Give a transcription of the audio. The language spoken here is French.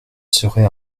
serait